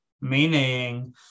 meaning